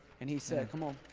and he said, come on.